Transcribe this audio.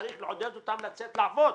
צריך לעודד אותם לצאת לעבוד